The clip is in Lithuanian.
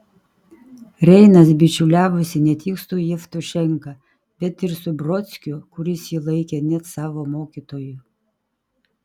reinas bičiuliavosi ne tik su jevtušenka bet ir su brodskiu kuris jį laikė net savo mokytoju